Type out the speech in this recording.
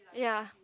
ya